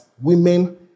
women